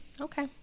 Okay